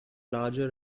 larger